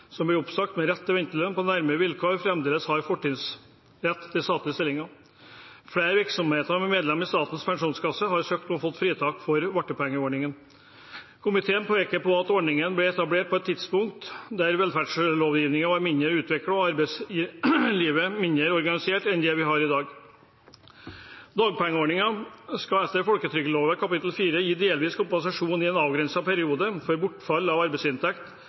som blir oppsagt med rett til ventelønn, på nærmere vilkår fremdeles har fortrinnsrett til statlige stillinger. Flere virksomheter med medlemskap i Statens pensjonskasse har søkt og fått fritak for vartpengeordningen. Komiteen peker på at ordningene ble etablert på et tidspunkt der velferdslovgivningen var mindre utviklet og arbeidslivet mindre organisert enn det vi har i dag. Dagpengeordningen skal etter folketrygdloven kapittel 4 gi delvis kompensasjon i en avgrenset periode for bortfall av arbeidsinntekt